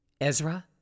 Ezra